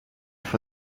for